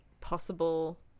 possible